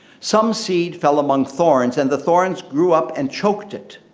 some seed fell among thorns, and the thorns grew up and choked it.